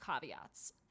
caveats